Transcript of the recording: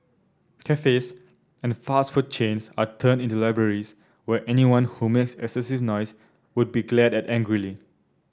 cafes and fast food chains are turned into libraries where anyone who makes excessive noise would be glared at angrily